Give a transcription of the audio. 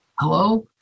Hello